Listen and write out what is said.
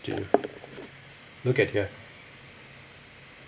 look at here